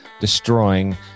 destroying